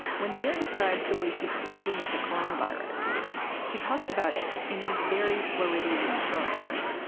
when the mayor describes the way she's struggling with the coronavirus, she talks about it in these very floridian terms.